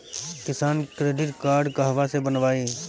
किसान credit card कहवा से बनवाई?